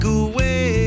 away